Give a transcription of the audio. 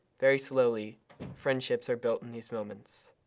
very slowly friendships are built in these moments.